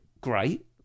great